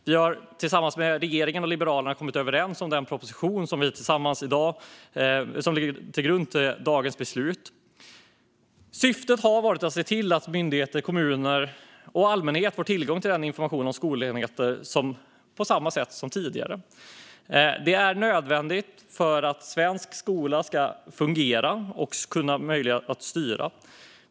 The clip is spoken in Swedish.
Vi har tillsammans med regeringen och Liberalerna kommit överens om den proposition som ligger till grund för dagens beslut. Syftet har varit att se till att myndigheter, kommuner och allmänhet får tillgång till information om skolenheter på samma sätt som tidigare. Det är nödvändigt för att svensk skola ska fungera och vara möjlig att styra.